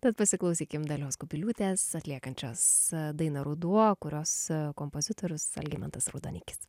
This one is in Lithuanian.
tad pasiklausykim dalios kubiliūtės atliekančios dainą ruduo kurios kompozitorius algimantas raudonikis